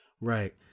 Right